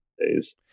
Days